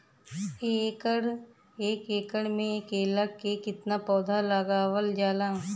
एक एकड़ में केला के कितना पौधा लगावल जाला?